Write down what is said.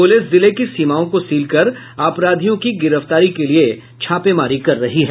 police जिले की सीमाओं को सील कर अपराधियों की गिरफ्तारी के लिये छापेमारी कर रही है